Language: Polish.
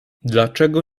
dlaczego